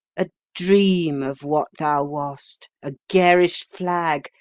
a dream of what thou wast a garish flag,